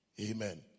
Amen